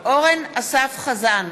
אורן אסף חזן,